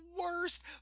worst